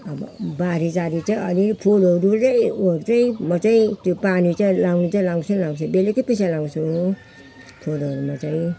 अब बारी सारी चाहिँ अलि अलि फुलहरूले उयोहरू चाहिँ म चाहिँ त्यो पानी चाहिँ अहिले लगाउनु चाहिँ लगाउँछु लगाउँछु बेलुकै पछि लगाउँछु फुलहरूमा चाहिँ